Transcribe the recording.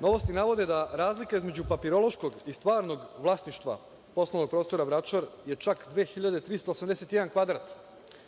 „Novosti“ navode da razlika između papirološkog i stvarnog vlasništva poslovnog prostora Vračar je čak 2.381 kvadrat.